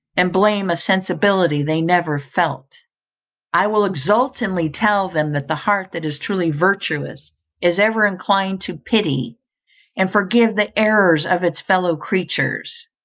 and blame a sensibility they never felt i will exultingly tell them that the heart that is truly virtuous is ever inclined to pity and forgive the errors of its fellow-creatures.